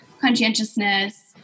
conscientiousness